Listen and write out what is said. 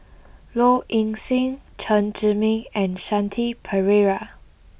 Low Ing Sing Chen Zhiming and Shanti Pereira